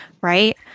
right